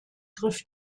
griff